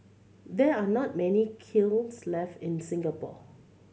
there are not many kilns left in Singapore